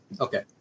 Okay